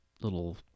little